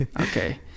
okay